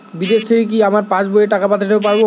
বিদেশ থেকে কি আমার পাশবইয়ে টাকা পাঠাতে পারবে?